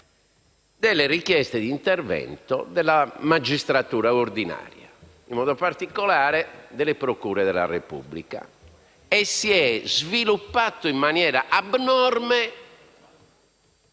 delle richieste di intervento della magistratura ordinaria, in modo particolare delle procure della Repubblica. Si è inoltre sviluppato in maniera abnorme